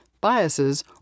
biases